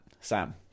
Sam